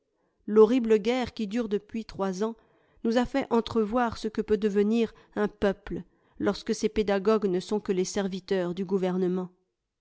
l'horrible guerre qui dure depuis trois ans nous a fait entrevoir ce que peut devenir un peuple lorsque ses pédagogues ne sont que les serviteurs du gouvernement